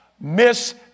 miss